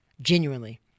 Genuinely